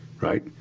right